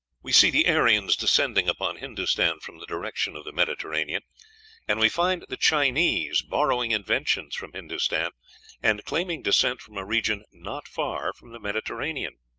we see the aryans descending upon hindostan from the direction of the mediterranean and we find the chinese borrowing inventions from hindostan, and claiming descent from a region not far from the mediterranean.